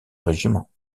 régiment